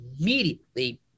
immediately